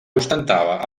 ostentava